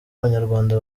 abanyarwanda